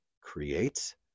creates